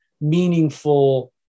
meaningful